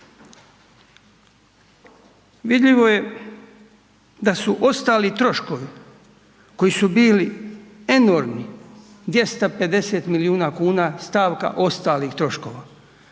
Vidljivo je da su ostalo troškovi koji su bili enormni, 250 milijuna kuna, stavka ostalih troškova,